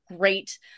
great